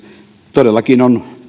todellakin on